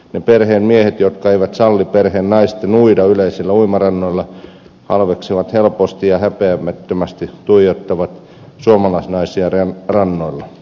ne perheen miehet jotka eivät salli perheen naisten uida yleisillä uimarannoilla halveksivat helposti ja häpeämättömästi tuijottavat suomalaisnaisia rannoilla